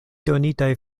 donitaj